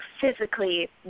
physically